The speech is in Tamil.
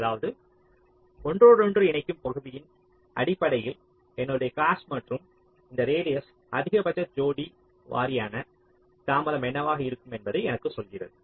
அதாவது ஒன்றோடொன்று இணைக்கும் பகுதியின் அடிப்படையில் எனது காஸ்ட் மற்றும் இந்த ரேடியஸ் அதிகபட்ச ஜோடி வாரியான தாமதம் என்னவாக இருக்கும் என்பதை எனக்கு சொல்கிறது